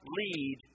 lead